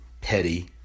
petty